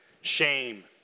shame